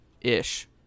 Ish